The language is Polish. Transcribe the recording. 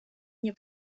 nie